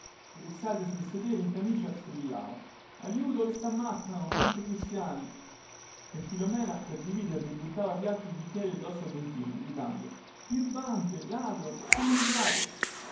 rizzatasi a sedere in camicia strillava aiuto che sammazzano santi cristiani e filomena per dividerli buttava piatti e bicchieri addosso a don tinu gridando birbante ladro scomunicato